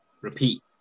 repeat